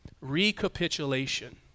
Recapitulation